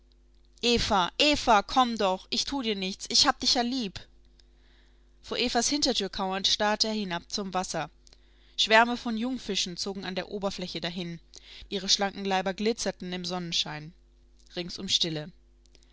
eva eva komm doch ich tu dir nichts ich hab dich ja lieb vor evas hintertür kauernd starrte er hinab zum wasser schwärme von jungfischen zogen an der oberfläche dahin ihre schlanken leiber glitzerten im sonnenschein ringsum stille